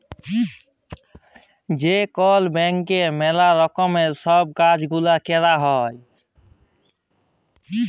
যে কল ব্যাংকে ম্যালা রকমের সব কাজ গুলা ক্যরা হ্যয়